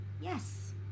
Yes